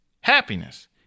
happiness